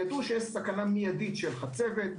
ידעו שיש סכנה מיידית של חצבת,